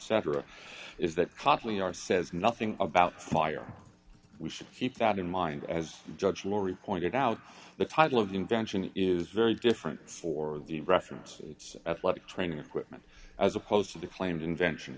cetera is that costly are says nothing about fire we should keep that in mind as judge laurie pointed out the title of the invention is very different for the reference it's athletic training equipment as opposed to the claimed invention